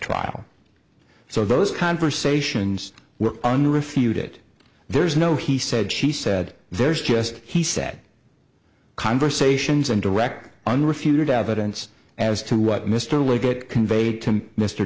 trial so those conversations were unrefuted there's no he said she said there's just he said conversations and direct unrefuted evidence as to what mr liggett conveyed